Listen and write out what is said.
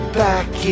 back